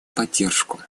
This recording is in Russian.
поддержку